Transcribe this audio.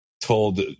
told